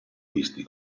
visti